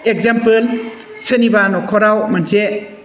example सोरनिबा न'खराव मोनसे